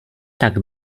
tak